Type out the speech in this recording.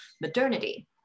modernity